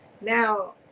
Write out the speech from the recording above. now